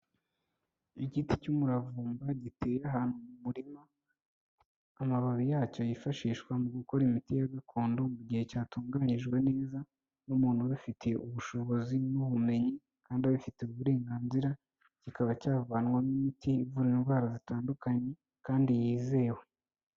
Igiti cy'umuravumba giteye ahantu mu murima, amababi yacyo yifashishwa mu gukora imiti ya gakondo, mu gihe cyatunganyijwe neza n'umuntu ubifitiye ubushobozi n'ubumenyi kandi abifitiye uburenganzira, kikaba cyavanwamo imiti ivura indwara zitandukanye kandi yizewe.